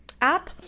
app